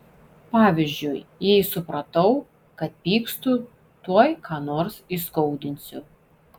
pavyzdžiui jei supratau kad pykstu tuoj ką nors įskaudinsiu